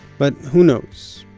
but who knows?